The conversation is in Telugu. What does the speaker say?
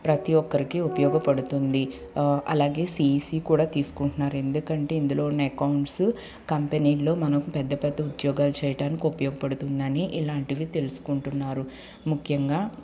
ప్రతీ ఒక్కరికి ఉపయోగపడుతుంది అలాగే సిఇసి కూడ తీసుకుంటున్నారు ఎందుకంటే ఇందులో ఉన్న అకౌంట్సు కంపెనీలో మనకి పెద్ద పెద్ద ఉద్యోగాలు చేయటానికి ఉపయోగపడుతుంది అని ఇలాంటివి తెలుసుకుంటున్నారు ముఖ్యంగా